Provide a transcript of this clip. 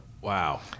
Wow